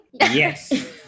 Yes